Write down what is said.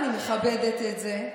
אני מכבדת את זה.